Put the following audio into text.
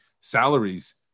salaries